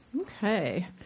Okay